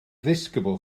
ddisgybl